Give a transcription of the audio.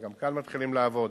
וגם כאן מתחילים לעבוד.